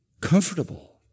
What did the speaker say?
comfortable